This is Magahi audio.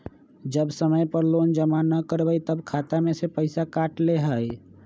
जब समय पर लोन जमा न करवई तब खाता में से पईसा काट लेहई?